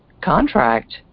contract